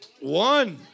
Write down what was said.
One